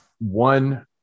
one